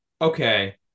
okay